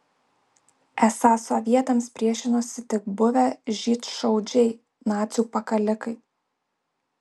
esą sovietams priešinosi tik buvę žydšaudžiai nacių pakalikai